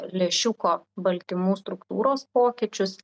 lęšiuko baltymų struktūros pokyčius